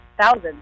thousands